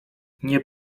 nie